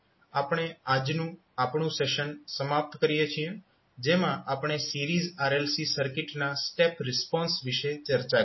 તો આ સાથે આપણે આપણું આજનું સેશન સમાપ્ત કરીએ છીએ જેમાં આપણે સિરીઝ RLC સર્કિટના સ્ટેપ રિસ્પોન્સ વિશે ચર્ચા કરી